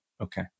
Okay